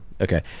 Okay